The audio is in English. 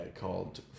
called